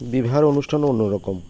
বিবাহের অনুষ্ঠানও অন্য রকম